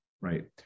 Right